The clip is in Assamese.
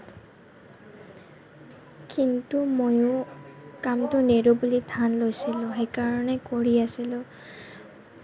কিন্তু ময়ো কামটো নেৰোঁ বুলি থান লৈছিলোঁ সেইকাৰণে কৰি আছিলোঁ